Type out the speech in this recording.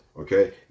Okay